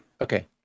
Okay